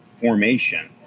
formation